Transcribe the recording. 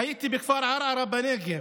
הייתי בכפר ערערה בנגב,